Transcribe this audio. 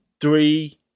three